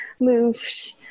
moved